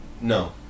No